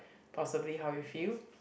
possibly how you feel